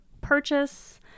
purchase